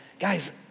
Guys